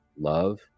love